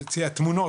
תמונות,